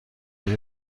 های